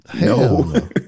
no